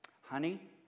Honey